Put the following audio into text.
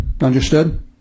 Understood